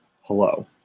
hello